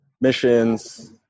missions